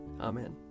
Amen